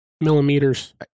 Millimeters